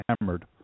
hammered